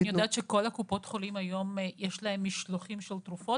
יודעת שלכל קופות החולים יש היום משלוחים של תרופות,